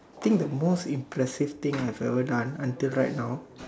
think the most impressive thing that I've ever done until right now